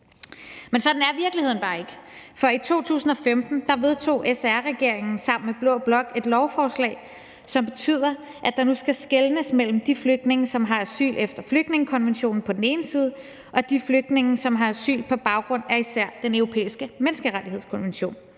Men sådan er virkeligheden bare ikke. For i 2015 vedtog SR-regeringen sammen med blå blok et lovforslag, som betyder, at der nu skal skelnes mellem de flygtninge, som har asyl efter flygtningekonventionen på den ene side, og de flygtninge, som har asyl på baggrund af især Den Europæiske Menneskerettighedskonvention